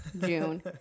June